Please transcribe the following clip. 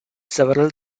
several